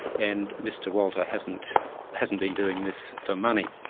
and mr walter hasn't hasn't been doing this for money.